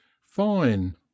Fine